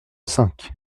cinq